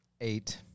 Eight